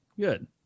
good